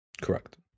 Correct